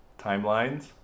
timelines